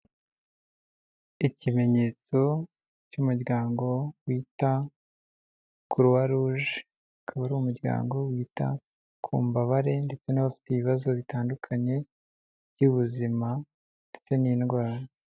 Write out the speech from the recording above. Ikimenyetso cy'umuryango bita Croix Rouge, akaba ari umuryango wita ku mbabare ndetse n'abafite ibibazo bitandukanye by'ubuzima ndetse n'indwara.